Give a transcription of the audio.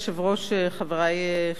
חברי חברי הכנסת,